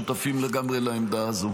ששותפים לגמרי לעמדה הזו.